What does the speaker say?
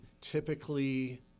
typically